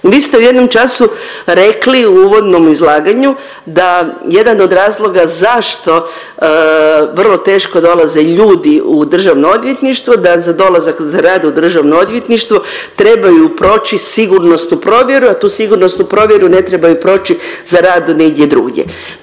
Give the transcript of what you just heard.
Vi ste u jednom času rekli u uvodnom izlaganju da jedan od razloga zašto vrlo teško dolaze ljudi u državno odvjetništvo, da za dolazak za rad u državno odvjetništvo trebaju proći sigurnosnu provjeru, a tu sigurnosnu provjeru ne trebaju proći za rad negdje drugdje.